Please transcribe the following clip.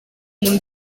umuntu